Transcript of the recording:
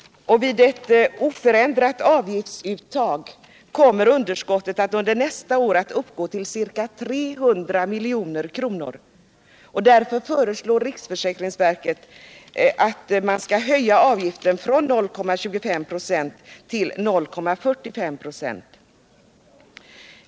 Vid ett oförändrat avgiftsuttag kommer underskottet under nästa år att uppgå till ca 300 milj.kr. Därför föreslår riksförsäkringsverket att man skall höja avgiften från 0,25 926 till 0,45 96.